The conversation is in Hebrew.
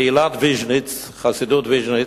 קהילת ויז'ניץ, חסידות ויז'ניץ,